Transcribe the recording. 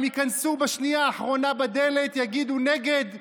הם ייכנסו בשנייה האחרונה בדלת ויגידו נגד,